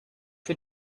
für